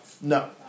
no